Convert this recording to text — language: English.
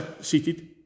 seated